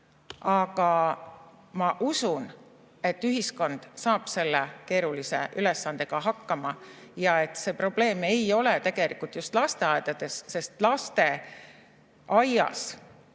aga ma usun, et ühiskond saab selle keerulise ülesandega hakkama. Ja see probleem ei ole tegelikult just lasteaedades, sest lasteaias